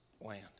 land